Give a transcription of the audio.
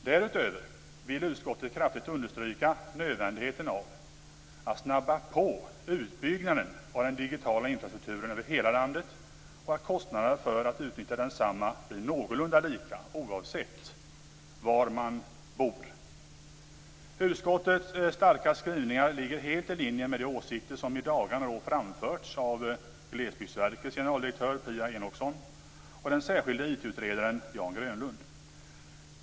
Därutöver vill utskottet kraftigt understryka nödvändigheten av att snabba på utbyggnaden av den digitala infrastrukturen över hela landet och att kostnaderna för att utnyttja densamma blir någorlunda lika oavsett var man bor. Utskottets starka skrivningar ligger helt i linje med de åsikter som i dagarna framförts av Glesbygdsverkets generaldirektör Pia Enochsson och den särskilde IT utredaren Jan Grönlund.